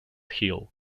hill